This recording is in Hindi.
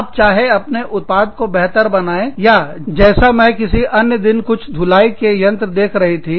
आप चाहे अपने उत्पाद को बेहतर बनाएं या जैसा मैं किसी अन्य दिन कुछ धुलाई के यंत्र देख रही थी